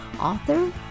author